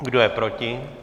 Kdo je proti?